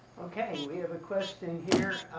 okay we have a question here